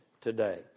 today